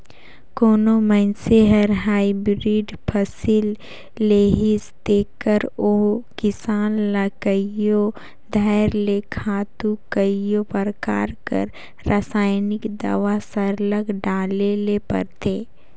कोनो मइनसे हर हाईब्रिड फसिल लेहिस तेकर ओ किसान ल कइयो धाएर ले खातू कइयो परकार कर रसइनिक दावा सरलग डाले ले परथे